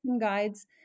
guides